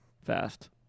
fast